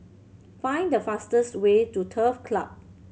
find the fastest way to Turf Club